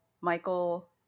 Michael